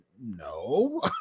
No